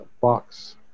box